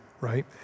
right